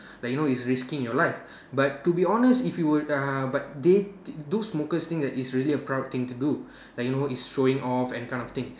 like you know it's risking your life but to be honest if you would uh but they those smokers think that it's a proud thing to do like you know it's showing off that kind of thing